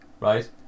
right